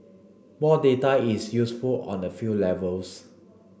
more data is useful on a few levels